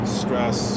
stress